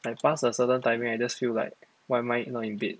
like past a certain timing I just feel like why am I not in bed